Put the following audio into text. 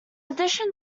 addition